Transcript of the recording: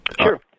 Sure